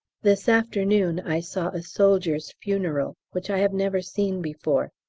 this afternoon i saw a soldier's funeral, which i have never seen before.